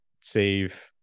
save